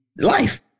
life